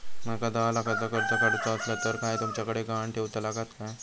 माका दहा लाखाचा कर्ज काढूचा असला तर काय तुमच्याकडे ग्हाण ठेवूचा लागात काय?